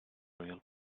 real